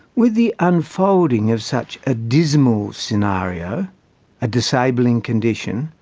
with the unfolding of such a dismal scenario a disabling condition,